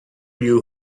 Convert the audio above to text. you